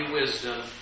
wisdom